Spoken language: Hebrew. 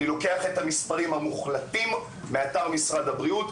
אני לוקח את המספרים המוחלטים מאתר משרד הבריאות.